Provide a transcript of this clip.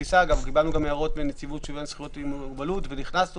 קיבלנו גם הערות מנציבות שוויון זכויות לאנשים עם מוגבלות והכנסנו